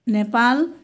Nepal